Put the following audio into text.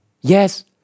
Yes